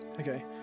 Okay